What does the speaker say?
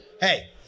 hey